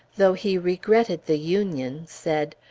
though he regretted the union, said,